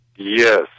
Yes